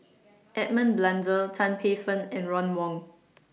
Edmund Blundell Tan Paey Fern and Ron Wong